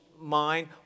mind